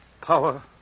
power